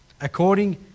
according